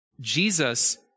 Jesus